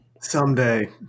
Someday